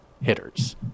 hitters